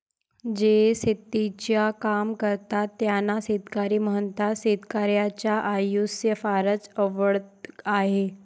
जे शेतीचे काम करतात त्यांना शेतकरी म्हणतात, शेतकर्याच्या आयुष्य फारच अवघड आहे